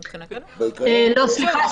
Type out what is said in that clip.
לא, סליחה.